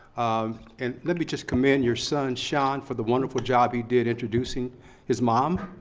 um and let me just commend your son, sean, for the wonderful job he did introducing his mom